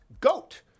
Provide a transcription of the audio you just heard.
Goat